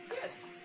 Yes